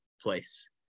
place